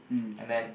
and then